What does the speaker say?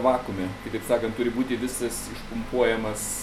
vakuume kitaip sakant turi būti visas išpumpuojamas